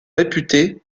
réputées